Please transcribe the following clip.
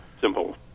simple